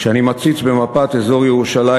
כשאני מציץ במפת אזור ירושלים,